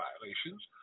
violations